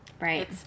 Right